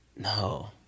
no